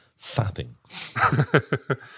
fapping